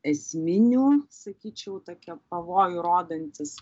esminių sakyčiau tokie pavojų rodantys